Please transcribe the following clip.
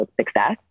success